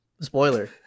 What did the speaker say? spoiler